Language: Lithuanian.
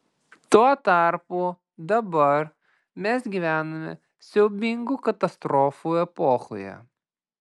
tuo tarpu dabar mes gyvename siaubingų katastrofų epochoje